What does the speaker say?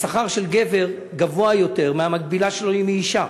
השכר של גבר גבוה יותר משכר המקבילה שלו כשהיא אישה,